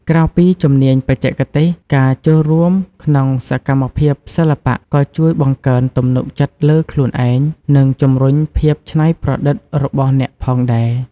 ក្រៅពីជំនាញបច្ចេកទេស ការចូលរួមក្នុងសកម្មភាពសិល្បៈក៏ជួយបង្កើនទំនុកចិត្តលើខ្លួនឯង និងជំរុញភាពច្នៃប្រឌិតរបស់អ្នកផងដែរ។